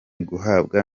guhabwa